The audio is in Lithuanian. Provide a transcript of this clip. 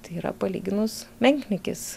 tai yra palyginus menkniekis